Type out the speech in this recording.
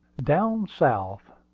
down south,